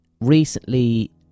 recently